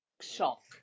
shock